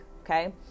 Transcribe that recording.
Okay